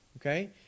Okay